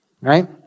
right